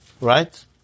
Right